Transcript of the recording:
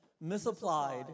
misapplied